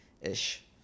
ish